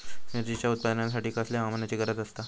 मिरचीच्या उत्पादनासाठी कसल्या हवामानाची गरज आसता?